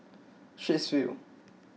Straits View